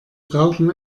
brauchen